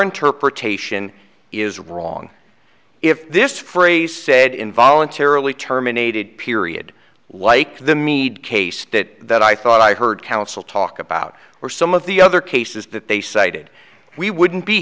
interpretation is wrong if this phrase said in voluntarily terminated period like the meade case did that i thought i heard counsel talk about were some of the other cases that they cited we wouldn't be